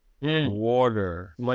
Water